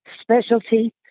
specialty